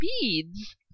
beads